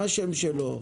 מה השם שלו?